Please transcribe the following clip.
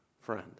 friend